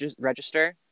register